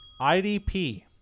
IDP